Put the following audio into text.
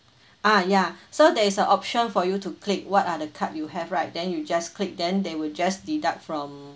ah ya so there is an option for you to click what are the card you have right then you just click then they will just deduct from